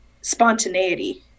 spontaneity